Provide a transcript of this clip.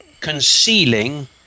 concealing